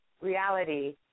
reality